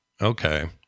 Okay